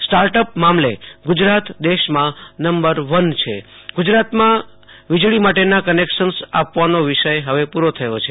startup મામલે ગુજરાત દેશમાં number one છે ગુજરાતમાં વીજળી માટેના કનેક્શન્સ આપવાનો વિષય હવે પુરો થયો છે